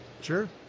Sure